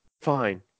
Fine